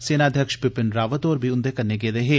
सेनाध्यक्ष बिपिन रावत होर बी उन्दे कन्नै गेदे हे